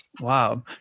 Wow